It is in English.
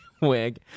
wig